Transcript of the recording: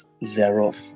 thereof